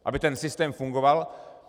Aby systém fungoval.